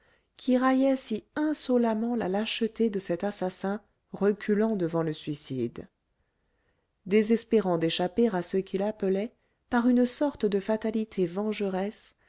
qui raillait si insolemment la lâcheté de cet assassin reculant devant le suicide désespérant d'échapper à ce qu'il appelait par une sorte de fatalité vengeresse